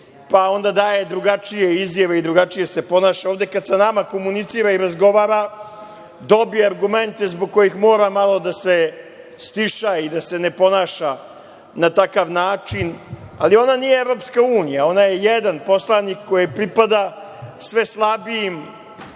pa onda daje drugačije izjave i drugačije se ponaša. Ovde kada sa nama komunicira i razgovara dobije argumente zbog kojih mora malo da se stiša i da se ne ponaša na takav način, ali ona nije Evropska unija, ona je jedan poslanik koji pripada sve slabijim